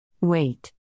Wait